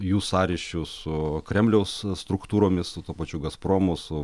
jų sąryšių su kremliaus struktūromis su tuo pačiu gazpromu su